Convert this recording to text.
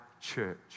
church